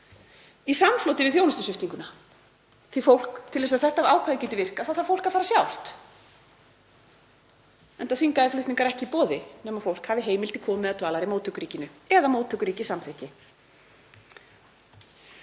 í samfloti við þjónustustýringuna því að til þess að þetta ákvæði geti virkað þá þarf fólk að fara sjálft, enda þvingaðir flutningar ekki í boði nema fólk hafi heimild til komu eða dvalar í móttökuríkinu eða móttökuríkið samþykki.